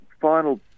final